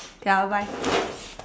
okay ah bye